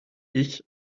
ich